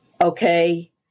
Okay